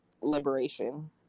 liberation